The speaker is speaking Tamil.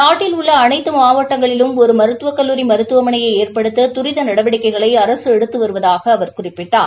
நாட்டில் உள்ள அனைத்து மாவட்டங்களிலும் ஒரு மருத்துவக் கல்லூரி மருத்துவமனையை ஏற்படுத்த தரித நடவடிக்கைகளை அரசு எடுத்து வருவதாக அவர் குறிப்பிட்டார்